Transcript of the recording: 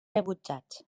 rebutjats